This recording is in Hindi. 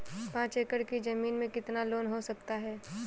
पाँच एकड़ की ज़मीन में कितना लोन हो सकता है?